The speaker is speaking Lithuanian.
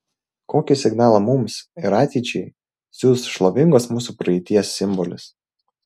kokį signalą mums ir ateičiai siųs šlovingos mūsų praeities simbolis